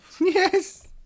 Yes